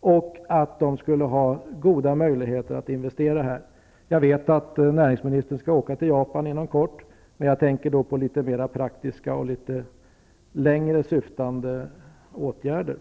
och att den japanska industrin skulle ha goda möjligheter att investera här. Jag vet att näringsministern skall resa till Japan inom kort, men jag tänker här på mera praktiska och längre syftande åtgärder.